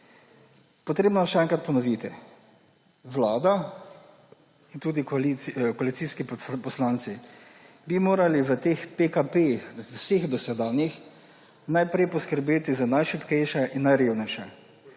Treba je še enkrat ponoviti, vlada in tudi koalicijski poslanci bi morali v teh vseh dosedanjih pekapejih najprej poskrbeti za najšibkejše in najrevnejše.